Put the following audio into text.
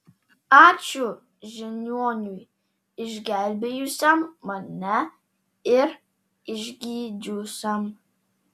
ačiū žiniuoniui išgelbėjusiam mane ir išgydžiusiam